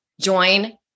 join